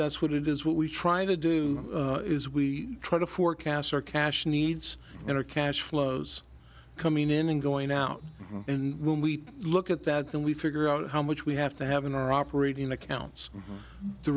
that's what it is what we try to do is we try to forecast our cash needs in our cash flows coming in and going out and when we look at that and we figure out how much we have to have in our operating accounts